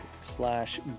slash